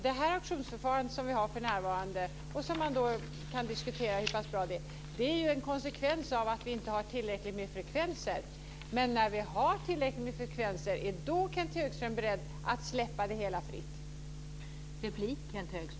Det auktionsförfarande som vi har för närvarande, och som man kan diskutera hur pass bra det är, är en konsekvens av att vi inte har haft tillräckligt med frekvenser. Men när vi har tillräckligt med frekvenser, är Kenth Högström då beredd att släppa det hela fritt?